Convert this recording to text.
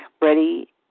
ready